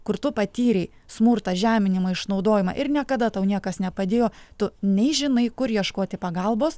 kur tu patyrei smurtą žeminimą išnaudojimą ir niekada tau niekas nepadėjo tu nei žinai kur ieškoti pagalbos